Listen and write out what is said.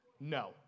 No